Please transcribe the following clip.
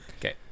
Okay